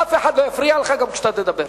אף אחד לא יפריע לך, גם כשאתה תדבר.